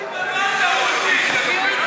חברי הכנסת, נא